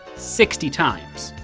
sixty times.